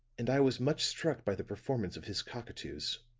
and i was much struck by the performance of his cockatoos.